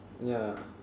ya